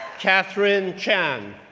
katherine chan,